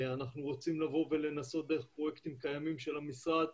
אנחנו רוצים לנסות דרך פרויקטים קיימים של המשרד,